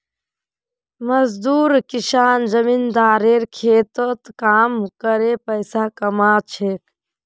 मजदूर किसान जमींदारेर खेतत काम करे पैसा कमा छेक